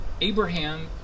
Abraham